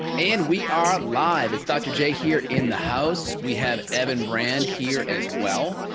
and we are live. it's dr. j here in the house. we have evan brand here as well.